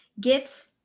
gifts